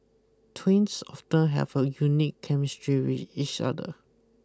twins often have a unique chemistry with each other